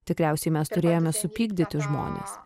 tikriausiai mes turėjome supykdyti žmones